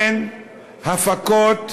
למה אין הפקות בערבית?